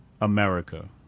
America